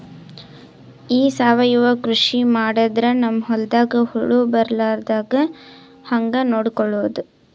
ಈ ಸಾವಯವ ಕೃಷಿ ಮಾಡದ್ರ ನಮ್ ಹೊಲ್ದಾಗ ಹುಳ ಬರಲಾರದ ಹಂಗ್ ನೋಡಿಕೊಳ್ಳುವುದ?